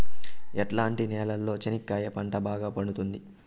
ఎట్లాంటి నేలలో చెనక్కాయ పంట బాగా పండుతుంది?